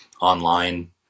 online